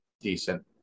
decent